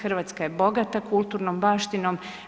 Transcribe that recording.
Hrvatska je bogata kulturnom baštinom.